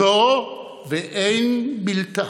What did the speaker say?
זו ואין בלתה.